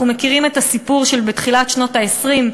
אנחנו מכירים את הסיפור, בתחילת שנות ה-20,